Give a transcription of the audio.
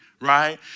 right